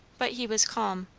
but he was calm.